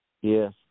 Yes